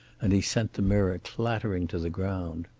and he sent the mirror clattering to the ground.